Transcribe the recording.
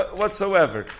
whatsoever